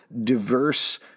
diverse